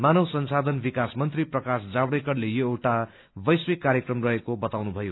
मानव संसाधन विकास मंत्री प्राकाश जावड़ेकरले यो एउटा वैश्विक कार्यक्रम रहेको बाताउनुभयो